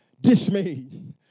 dismayed